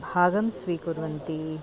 भागं स्वीकुर्वन्ति